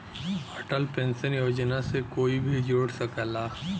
Atal pension Yojana से कोई भी जुड़ सकला